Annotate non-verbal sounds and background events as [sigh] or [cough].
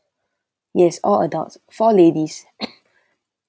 yes all adults four ladies [coughs]